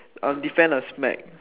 uh defend a smack